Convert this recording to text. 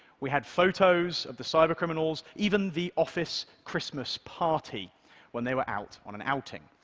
we had photos of the cybercriminals, even the office christmas party when they were out on an outing.